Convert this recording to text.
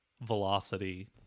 velocity